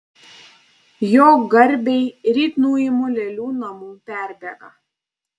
jo garbei ryt nuimu lėlių namų perbėgą